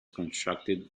constructed